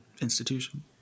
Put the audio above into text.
institution